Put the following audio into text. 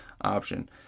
option